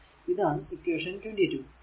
ഇതാണ് ഇക്വേഷൻ 22